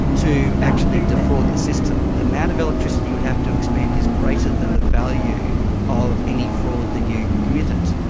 to actually defraud the system. the amount of electricity you would have to expend is greater than the value of any fraud that you committed.